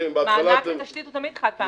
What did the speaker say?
המענק לתשתית הוא תמיד חד-פעמי.